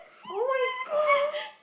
[oh]-my-god